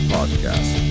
Podcast